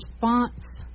fonts